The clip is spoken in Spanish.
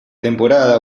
temporada